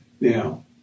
Now